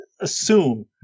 assume